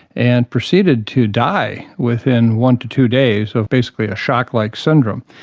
and proceeded to die within one to two days of basically a shock-like syndrome.